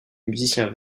musicien